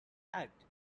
act